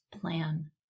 plan